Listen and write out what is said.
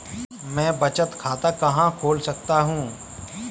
मैं बचत खाता कहाँ खोल सकता हूँ?